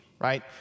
right